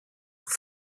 sous